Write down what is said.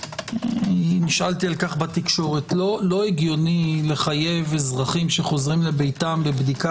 נשאלתי על כך בתקשורת לא הגיוני לחייב אזרחים שחוזרים לביתם לבדיקה